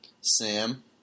Sam